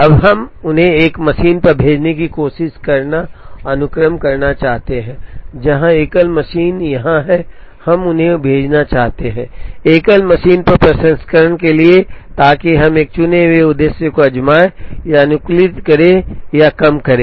अब हम उन्हें एक मशीन पर भेजने की कोशिश करना और अनुक्रम करना चाहते हैं जहां एकल मशीन यहां है और हम उन्हें भेजना चाहते हैं एकल मशीन पर प्रसंस्करण के लिए ताकि हम एक चुने हुए उद्देश्य को आज़माएं या अनुकूलित करें या कम करें